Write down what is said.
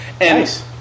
Nice